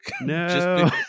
no